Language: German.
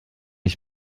ich